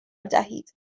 دهید